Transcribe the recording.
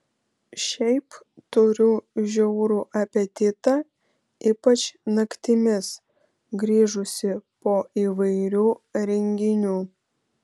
šiaip turiu žiaurų apetitą ypač naktimis grįžusi po įvairių renginių